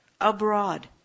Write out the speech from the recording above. Abroad